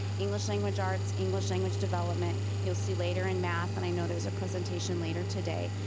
english language arts, english language development, you'll see later in math, and i know there's a presentation later today,